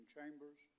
Chambers